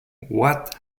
what